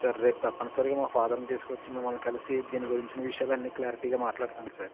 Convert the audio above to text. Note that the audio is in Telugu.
సార్ రేపు తప్పనిసరిగా మా ఫాదర్ని తీసుకు వచ్చి మిమ్మల్ని కలిసి దీని గురించి విషయాలు అన్నీ క్లారిటీగా మాట్లాడుతాను సార్